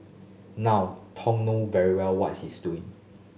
now Thong know very well what he is doing